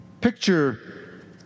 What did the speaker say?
Picture